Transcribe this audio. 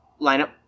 lineup